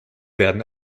werden